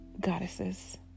goddesses